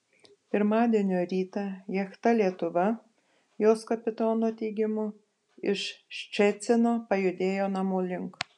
pirmadienio rytą jachta lietuva jos kapitono teigimu iš ščecino pajudėjo namų link